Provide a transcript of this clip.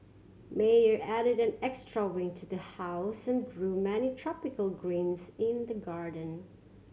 Meyer added an extra wing to the house and grew many tropical grains in the garden